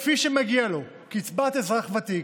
כפי שמגיע לו, קצבת אזרח ותיק,